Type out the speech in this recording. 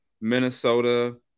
Minnesota